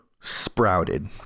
sprouted